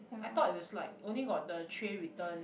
I thought it's like only got the tray return